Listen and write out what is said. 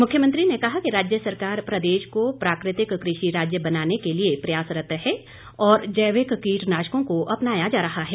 मुख्यमंत्री ने कहा कि राज्य सरकार प्रदेश को प्राकृतिक कृषि राज्य बनाने के लिए प्रयासरत है और जैविक कीटनाशकों को अपनाया जा रहा है